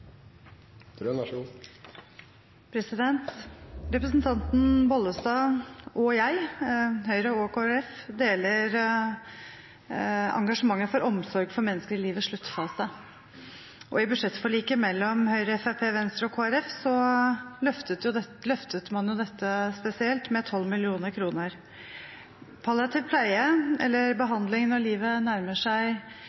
Bollestad og jeg, Kristelig Folkeparti og Høyre, deler engasjementet for omsorg for mennesker i livets sluttfase, og i budsjettforliket mellom Høyre, Fremskrittspartiet, Venstre og Kristelig Folkeparti løftet man dette spesielt, med 12 mill. kr. Palliativ pleie, eller